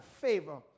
favor